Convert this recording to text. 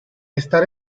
estar